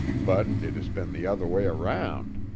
but it has been the other way around.